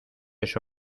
eso